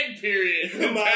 period